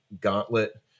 gauntlet